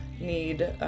need